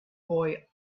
boy